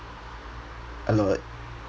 a lot